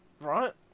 Right